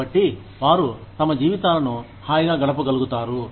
కాబట్టి వారు తమ జీవితాలను హాయిగా గడపగలుగుతారు